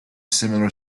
similar